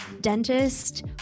dentist